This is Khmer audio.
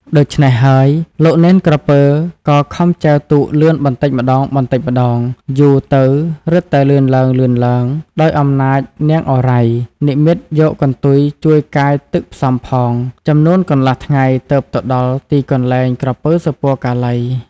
ថាដូច្នេះហើយ លោកនេនក្រពើក៏ខំចែវទូកលឿនបន្តិចម្តងៗ យូរទៅរឹតតែលឿនឡើងៗ ដោយអំណាចនាងឱរ៉ៃ និម្មិតយកកន្ទុយជួយកាយទឹកផ្សំផង ចំនួនកន្លះថ្ងៃទើបទៅដល់ទីកន្លែង ក្រពើ សុពណ៌កាឡី ។